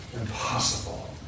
impossible